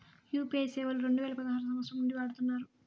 UPI సేవలు రెండు వేల పదహారు సంవచ్చరం నుండి వాడుతున్నారు